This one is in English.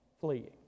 fleeing